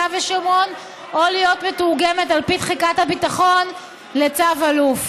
ושומרון או להיות מתורגמת על פי תחיקת הביטחון לצו אלוף.